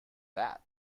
that